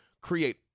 create